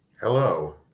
Hello